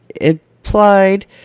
Applied